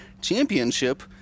championship